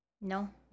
no